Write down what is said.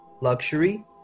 luxury